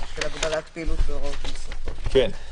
(הגבלת פעילות והוראות נוספות) (תיקון מס' 35),